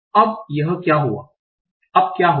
अब यह क्या होगा